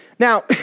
Now